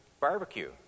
barbecue